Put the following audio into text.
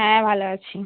হ্যাঁ ভালো আছি